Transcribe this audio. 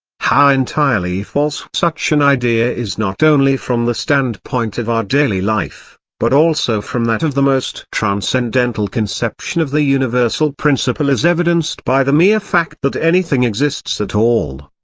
how entirely false such an idea is not only from the standpoint of our daily life, but also from that of the most transcendental conception of the universal principle is evidenced by the mere fact that anything exists at all.